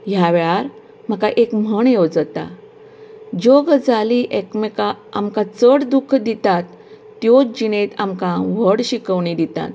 ह्या वेळार म्हाका एक म्हण येवजता ज्यो गजाली एकामेकाक आमकां चड दूख दितात त्यो जिणेंत आमकां व्हड शिकोवणी दितात